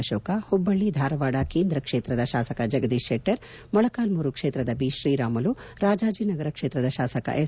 ಅಶೋಕ್ ಹುಬ್ಬಳ್ಳಿ ಧಾರವಾಡ ಕೇಂದ್ರ ಕ್ಷೇತ್ರದ ಶಾಸಕ ಜಗದೀಶ್ ಶೆಟ್ಟರ್ ಮೊಳಕಾಲ್ಗೂರು ಕ್ಷೇತ್ರದ ಬಿತ್ರೀರಾಮುಲು ರಾಜಾಜಿನಗರ ಕ್ಷೇತ್ರದ ಶಾಸಕ ಎಸ್